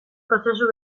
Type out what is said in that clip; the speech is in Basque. prozesu